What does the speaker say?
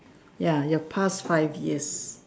ya your past five years